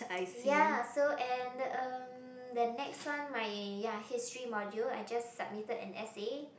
ya so and uh the next one my ya history module I just submitted an essay